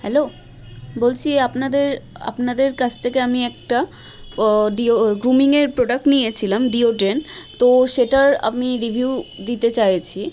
hello বলছি আপনাদের আপনাদের কাছ থেকে আমি একটা ডিও গ্রুমিংয়ের প্রোডাক্ট নিয়েছিলাম ডিওডরেন্ট তো সেটার আমি রিভিউ দিতে চাইছি